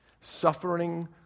Suffering